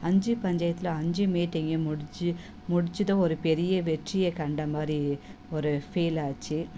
அஞ்சு பஞ்சாயத்தில் அஞ்சு மீட்டிங்கையும் முடித்து முடிச்சதும் ஒரு பெரிய வெற்றியை கண்ட மாதிரி ஒரு ஃபீல் ஆச்சு